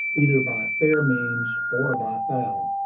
either by fair means or by foul.